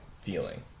feeling